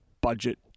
budget